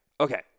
okay